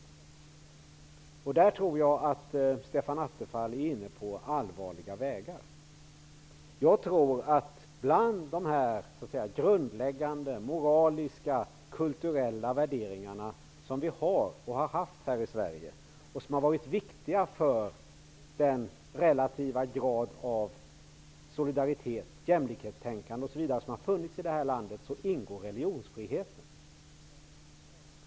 Där tror jag att Stefan Attefall är inne på allvarliga vägar. Bland de grundläggande moraliska och kulturella värderingar som vi har och har haft här i Sverige, och som har varit viktiga för den relativa grad av solidaritets och jämlikhetstänkande som har funnits i det här landet, ingår religionsfriheten.